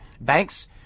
Banks